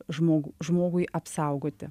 žmogų žmogui apsaugoti